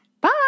Bye